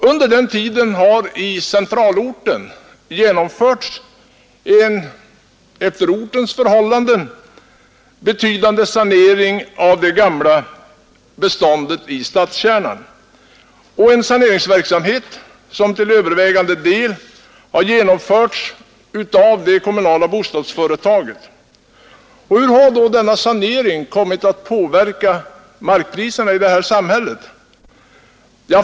Under den tiden har i centralorten genomförts en efter ortens förhållanden betydande sanering av det gamla beståndet i stadskärnan. Det är en saneringsverksamhet som till övervägande del har genomförts av det kommunala bostadsföretaget. Hur har då denna sanering kommit att påverka markpriserna i samhället?